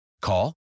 Call